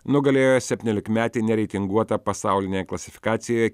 nugalėjo septyniolikmetį nereitinguotą pasaulinėje klasifikacijoje